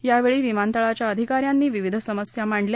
यावेळी विमानतळाच्या अधिकाऱ्यांनी विविध समस्या मांडल्या